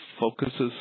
focuses